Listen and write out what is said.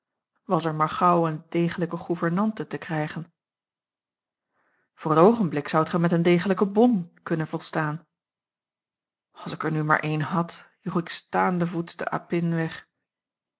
was er maar gauw eene degelijke gouvernante te krijgen voor t oogenblik zoudt gij met eene degelijke bonne kunnen volstaan a l g bosboom-toussaint langs een omweg als ik er nu maar eene had joeg ik staandevoets de apin weg